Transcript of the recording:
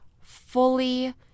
fully